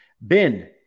Ben